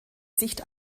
sicht